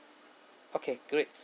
okay great